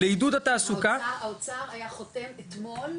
לעידוד התעסוקה --- האוצר היה חותם אתמול,